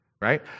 Right